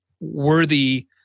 worthy